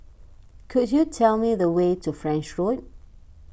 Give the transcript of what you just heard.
could you tell me the way to French Road